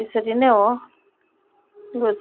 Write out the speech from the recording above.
त्यसरी नै हो घुच